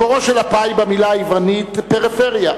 מקורו של ה"פאי" במלה היוונית פריפריה,